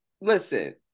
listen